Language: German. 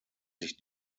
sich